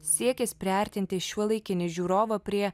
siekis priartinti šiuolaikinį žiūrovą prie